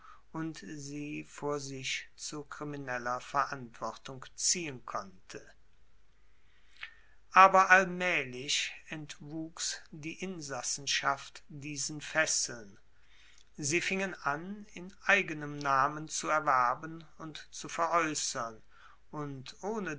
und sie vor sich zu krimineller verantwortung ziehen konnte aber allmaehlich entwuchs die insassenschaft diesen fesseln sie fingen an in eigenem namen zu erwerben und zu veraeussern und ohne